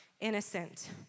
innocent